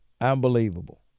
Unbelievable